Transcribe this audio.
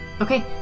Okay